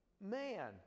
Man